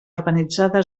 urbanitzada